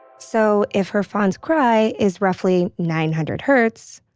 so if her fawn's cry is roughly nine hundred hertz,